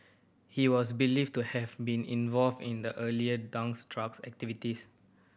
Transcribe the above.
he was believed to have been involved in the earlier duo's drug activities